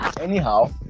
anyhow